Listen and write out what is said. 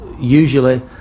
usually